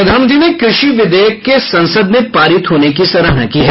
प्रधानमंत्री ने कृषि विधेयक के संसद में पारित होने की सराहना की है